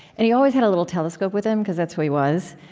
and he always had a little telescope with him, because that's who he was.